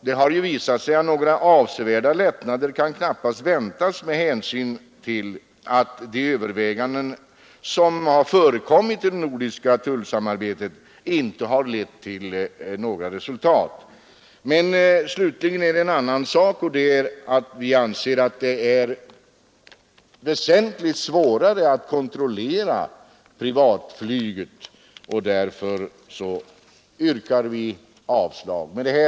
Det har ju visat sig att några avsevärda lättnader knappast kan väntas med hänsyn till att de överväganden som har förekommit inom det nordiska tullsamarbetet inte har lett till några resultat. Slutligen anser vi också att det är väsentligt svårare att kontrollera privatflyget. Av dessa skäl yrkar vi avslag på motionen i fråga.